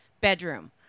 bedroom